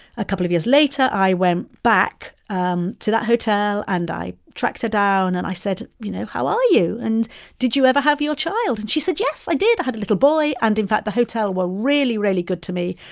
a couple of years later i went back um to that hotel and i tracked her down and i said, you know, how are you? and did you ever have your child? and she said, yes, i did. i had a little boy. and in fact, the hotel were really, really good to me.